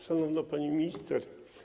Szanowna Pani Minister!